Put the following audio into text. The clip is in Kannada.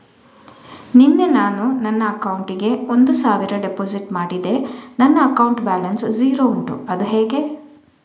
ನಿನ್ನೆ ನಾನು ನನ್ನ ಅಕೌಂಟಿಗೆ ಒಂದು ಸಾವಿರ ಡೆಪೋಸಿಟ್ ಮಾಡಿದೆ ನನ್ನ ಅಕೌಂಟ್ ಬ್ಯಾಲೆನ್ಸ್ ಝೀರೋ ಉಂಟು ಅದು ಹೇಗೆ?